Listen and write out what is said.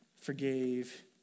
forgave